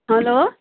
hello